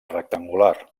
rectangular